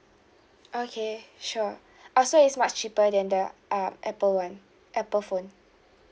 okay sure oh so is much cheaper than the uh apple one apple phone